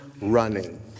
running